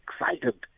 excited